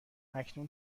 اکنون